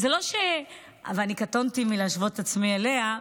אני קטונתי מלהשוות את עצמי אליה,